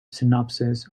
synopsis